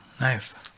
Nice